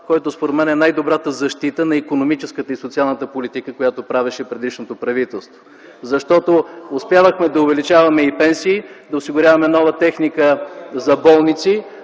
който според мен е най-добрата защита на икономическата и социалната политика, която правеше предишното правителство, защото успявахме да увеличаваме пенсиите и да осигуряваме нова техника за болници,